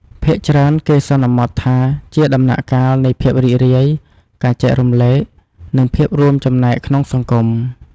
ភាគច្រើនគេសន្មត់ថាជាដំណាក់កាលនៃភាពរីករាយ ការចែករំលែក និងភាពរួមចំណែកក្នុងសង្គម។